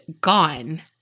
gone